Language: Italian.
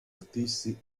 artisti